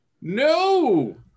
no